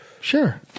Sure